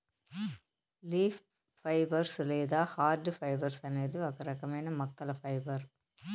leaf fibres లేదా hard fibres అనేది ఒక రకమైన మొక్కల ఫైబర్